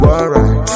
alright